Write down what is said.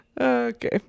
Okay